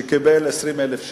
שקיבל 20,000 שקל.